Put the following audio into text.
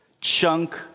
chunk